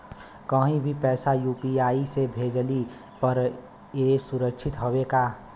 कहि भी पैसा यू.पी.आई से भेजली पर ए सुरक्षित हवे का?